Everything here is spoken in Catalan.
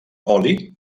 oli